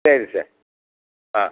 ಸರಿ ಸರ್ ಹಾಂ